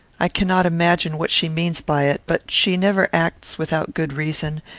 i cannot imagine what she means by it but she never acts without good reason,